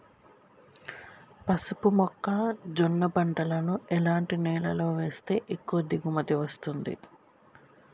పసుపు మొక్క జొన్న పంటలను ఎలాంటి నేలలో వేస్తే ఎక్కువ దిగుమతి వస్తుంది?